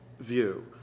view